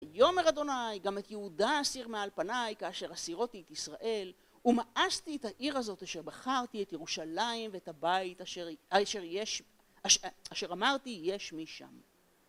ויאמר אדוני, גם את יהודה אסיר מעל פניי, כאשר הסירותי את ישראל, ומאסתי את העיר הזאת, אשר בחרתי את ירושלים ואת הבית, אשר אמרתי, יהיה שמי שם.